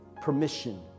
permission